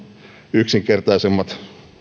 yksinkertaisemmat helsinkiin